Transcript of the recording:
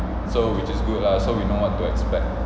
so which is good lah so we know what to expect